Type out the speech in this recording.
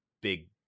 big